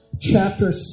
Chapter